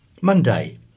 Monday